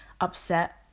upset